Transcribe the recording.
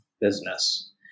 business